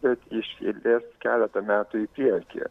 bet iš eilės keletą metų į priekį